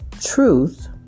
Truth